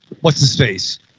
What's-His-Face